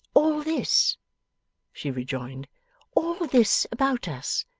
all this she rejoined all this about us.